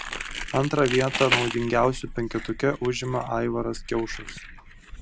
antrą vietą naudingiausių penketuke užima aivaras kiaušas